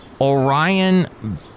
Orion